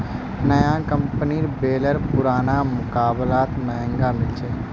नया कंपनीर बेलर पुरना मुकाबलात महंगा मिल छेक